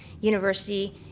university